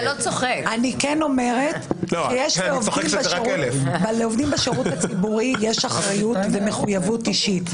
אני אומרת שלעובדים בשירות הציבורי יש אחריות ומחויבות אישית.